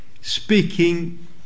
speaking